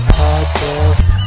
podcast